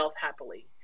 happily